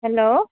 hello